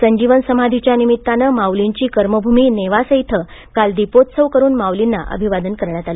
संजीवन समाधीच्या निमित्ताने माऊलींची कर्मभूमी नेवासे येथे काल दीपोत्सव करून माउलींना अभिवादन करण्यात आले